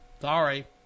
Sorry